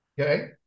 Okay